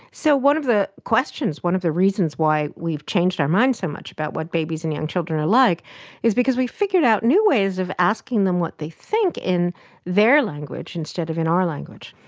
so one of the questions, one of the reasons why we've changed our mind so much about what babies and young children are like is because we figured out new ways of asking them what they think in their language instead of in our language.